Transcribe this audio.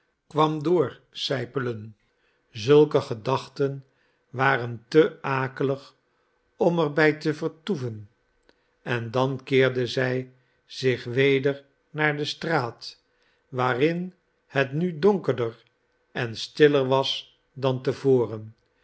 kwam doorzijpelen zulke gedachten waren te akelig om er bij te vertoeven en dan keerde zij zich weder naar de straat waarin het nu donkerder en stiller was dan te voren